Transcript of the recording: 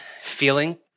feeling